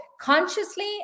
consciously